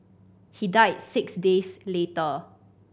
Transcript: he died six days later